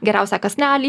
geriausią kąsnelį